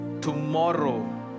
tomorrow